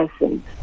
essence